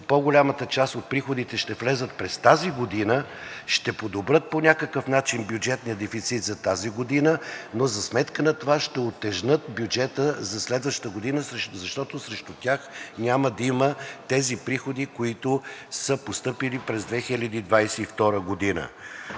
по-голямата част от приходите ще влязат през тази година, ще подобрят по някакъв начин бюджетния дефицит за тази година, но за сметка на това ще утежнят бюджета за следващата година, защото срещу тях няма да има тези приходи, които са постъпили през 2022 г.